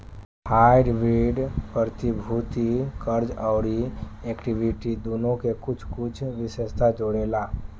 hybrid प्रतिभूति, कर्ज अउरी इक्विटी दुनो के कुछ कुछ विशेषता के जोड़ेला